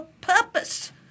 purpose